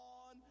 on